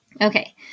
Okay